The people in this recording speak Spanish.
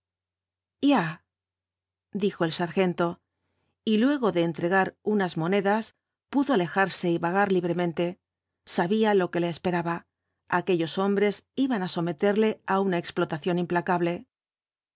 dijo el sargento y luego de entregar unas monedas pudo alejarse y vagar libremente sabía lo que le esperaba aquellos hombres iban á someterle á una explotación implacable